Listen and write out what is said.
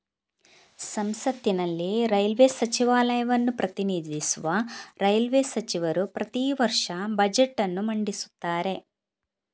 ಸಂಸತ್ತಿನಲ್ಲಿ ರೈಲ್ವೇ ಸಚಿವಾಲಯವನ್ನು ಪ್ರತಿನಿಧಿಸುವ ರೈಲ್ವೇ ಸಚಿವರು ಪ್ರತಿ ವರ್ಷ ಬಜೆಟ್ ಅನ್ನು ಮಂಡಿಸುತ್ತಾರೆ